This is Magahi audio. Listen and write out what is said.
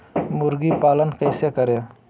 मुर्गी पालन कैसे करें?